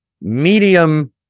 Medium